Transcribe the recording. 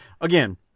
again